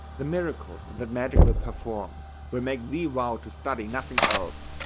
the miracles that magic will perform will make thee vow to study nothing else.